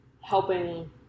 helping